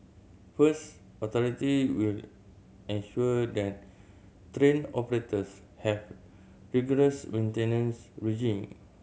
first authority will ensure that train operators have rigorous maintenance regime